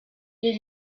les